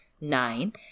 nine